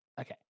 Okay